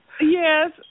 Yes